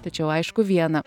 tačiau aišku viena